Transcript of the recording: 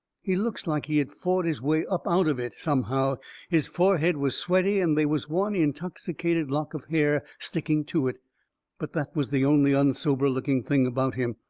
he looks like he had fought his way up out of it, somehow his forehead was sweaty, and they was one intoxicated lock of hair sticking to it but that was the only un-sober-looking thing about him.